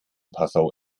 passau